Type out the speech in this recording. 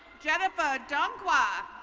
jenifer donkuah.